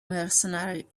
mercenary